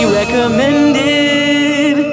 recommended